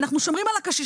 אנחנו שומרים על הקשיש,